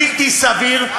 בלתי סביר,